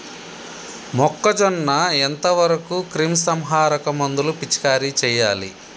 మొక్కజొన్న ఎంత వరకు క్రిమిసంహారక మందులు పిచికారీ చేయాలి?